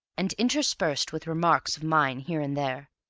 and interspersed with remarks of mine here and there.